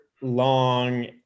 long